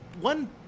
one